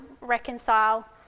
reconcile